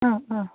ആ ആ